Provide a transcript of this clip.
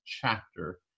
chapter